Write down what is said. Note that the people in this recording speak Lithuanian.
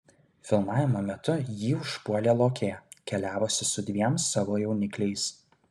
filmavimo metu jį užpuolė lokė keliavusi su dviem savo jaunikliais